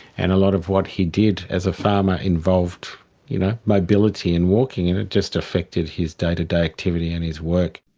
and a lot of what he did as a farmer involved you know mobility and walking and it just affected his day-to-day activity and his work.